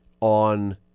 on